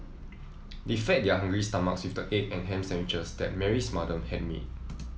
they fed their hungry stomachs with the egg and ham sandwiches that Mary's mother had made